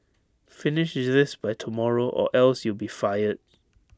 finish this by tomorrow or else you'll be fired